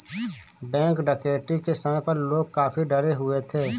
bank डकैती के समय पर लोग काफी डरे हुए थे